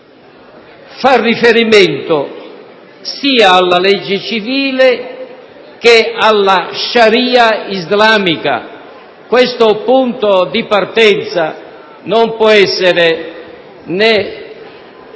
fa riferimento sia alla legge civile sia alla *sharia* islamica: questo punto di partenza non può essere né